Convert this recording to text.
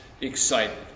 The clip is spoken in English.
excited